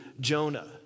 Jonah